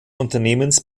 unternehmens